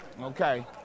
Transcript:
okay